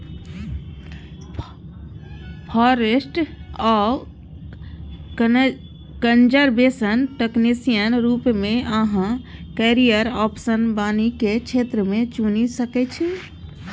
forest आ conservation technician रुप मे अहाँ कैरियर आप्शन बानिकी क्षेत्र मे चुनि सकै छी